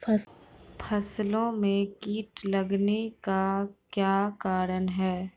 फसलो मे कीट लगने का क्या कारण है?